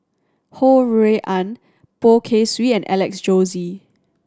Ho Rui An Poh Kay Swee and Alex Josey